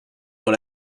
dans